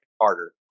harder